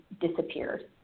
disappeared